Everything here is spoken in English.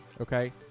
Okay